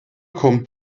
kommt